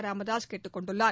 இராமதாசு கேட்டுக் கொண்டுள்ளார்